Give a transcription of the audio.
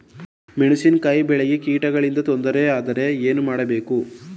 ಮೆಣಸಿನಕಾಯಿ ಬೆಳೆಗೆ ಕೀಟಗಳಿಂದ ತೊಂದರೆ ಯಾದರೆ ಏನು ಮಾಡಬೇಕು?